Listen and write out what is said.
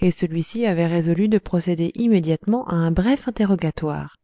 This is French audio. et celui-ci avait résolu de procéder immédiatement à un bref interrogatoire